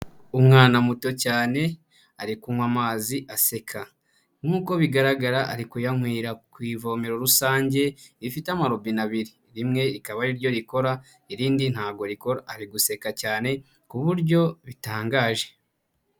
Umwana muto cyane ari kunywa amazi aseka. Nkuko bigaragara ari kuyanywera ku ivomero rusange rifite amarobine abiri, rimwe rikaba ari ryo rikora, irindi ntago rikora, ari guseka cyane ku buryo bitangaje.